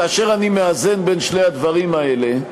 כאשר אני מאזן בין שני הדברים האלה,